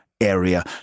area